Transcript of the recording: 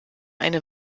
eine